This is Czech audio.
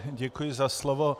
Děkuji za slovo.